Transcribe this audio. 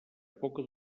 poca